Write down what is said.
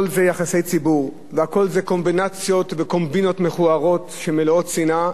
יחסי ציבור והכול קומבינציות וקומבינות מכוערות מלאות שנאה,